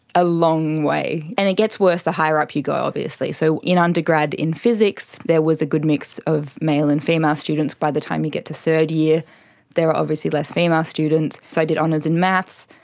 a long way, and it gets worse the higher up you go obviously. so in undergrad in physics there was a good mix of male and female students. by the time you get to third year there are obviously less female students, so i did honours in maths.